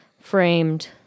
framed